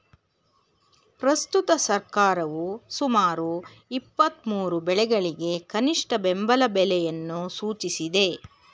ಪ್ರಸ್ತುತ ಸರ್ಕಾರವು ಸುಮಾರು ಇಪ್ಪತ್ಮೂರು ಬೆಳೆಗಳಿಗೆ ಕನಿಷ್ಠ ಬೆಂಬಲ ಬೆಲೆಯನ್ನು ಸೂಚಿಸಿದೆ